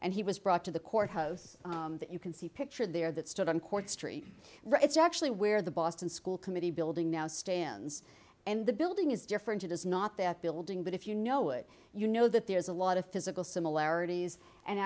and he was brought to the court house that you can see pictured there that stood on court street it's actually where the boston school committee building now stands and the building is different it is not that building but if you know it you know that there's a lot of physical similarities and